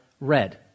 red